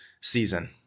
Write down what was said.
season